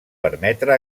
permetre